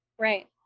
Right